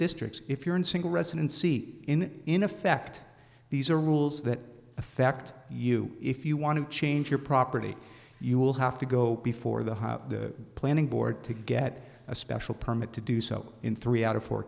districts if you're in single residency in in effect these are rules that affect you if you want to change your property you will have to go before the planning board to get a special permit to do so in three out of four